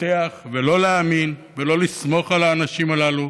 בוטח ולא להאמין ולא לסמוך על האנשים הללו.